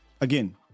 Again